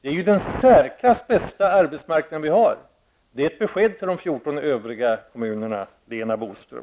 Det är den i särklass bästa arbetsmarknaden i Sverige. Det är ett besked till de 14 övriga kommunerna, Lena Boström.